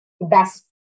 Best